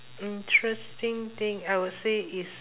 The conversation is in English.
interesting thing I would say is